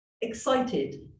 excited